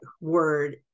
word